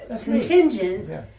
contingent